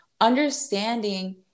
understanding